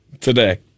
today